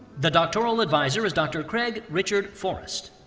the doctoral advisor is dr. craig richard forest.